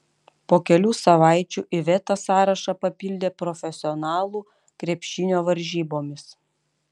po kelių savaičių iveta sąrašą papildė profesionalų krepšinio varžybomis